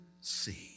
see